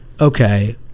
okay